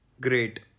great